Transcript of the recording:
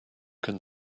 can